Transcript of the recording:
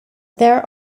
there